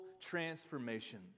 transformation